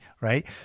right